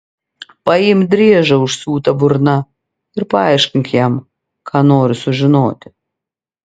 paimk driežą užsiūta burna ir paaiškink jam ką nori sužinoti